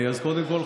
אז קודם כול,